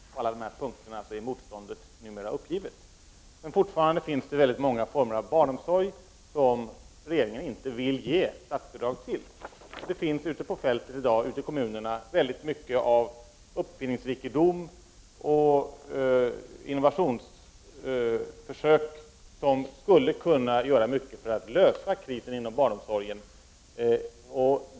På alla de här punkterna är motståndet numera uppgivet. Men fortfarande finns det många former av barnomsorg som regeringen inte vill ge statsbidrag till. Det finns ute på fältet, ute i kommunerna, i dag väldigt mycket av uppfinningsrikedom och innovationsförsök som skulle kunna göra mycket för att lösa krisen inom barnomsorgen.